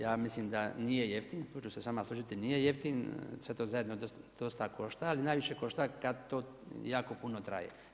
Ja mislim da nije jeftin, tu ću se s vama složiti, nije jeftin sve to zajedno dosta košta, ali najviše košta kada to jako puno traje.